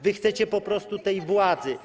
Wy chcecie po prostu tej władzy.